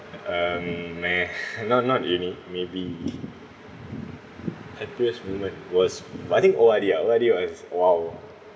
um meh not not uni maybe I_P_S moment was but I think O_R_D ah O_R_D was !wow!